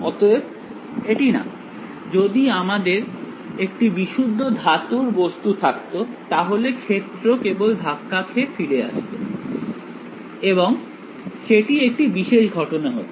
অতএব এটি না যদি আমাদের একটি বিশুদ্ধ ধাতুর বস্তু থাকতো তাহলে ক্ষেত্র কেবল ধাক্কা খেয়ে ফিরে আসত এবং সেটি একটি বিশেষ ঘটনা হতো